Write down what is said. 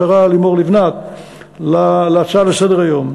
השרה לימור לבנת על ההצעה לסדר-היום.